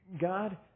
God